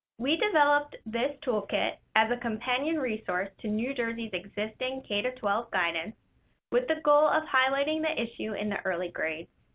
we developed this toolkit as a companion resource to new jersey's existing k twelve guidance with the goal of highlighting the issue in the early grades.